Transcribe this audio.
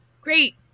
great